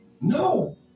No